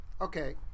Okay